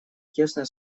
тесное